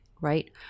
right